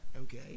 okay